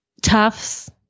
Tufts